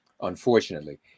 unfortunately